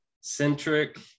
centric